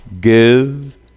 give